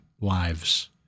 lives